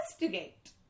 Investigate